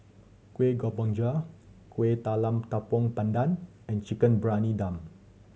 Kueh Kemboja Kueh Talam Tepong Pandan and Chicken Briyani Dum